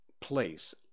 place